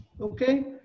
Okay